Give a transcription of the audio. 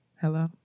Hello